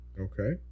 Okay